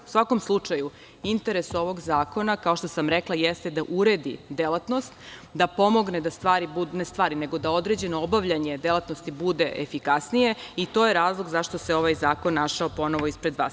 U svakom slučaju interes ovog zakona kao što sam rekla jeste da uredi delatnost, da pomogne da određeno obavljanje delatnosti bude efikasnije i to je razlog zašto se ovaj zakon našao ponovo ispred vas.